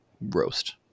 roast